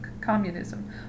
communism